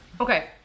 Okay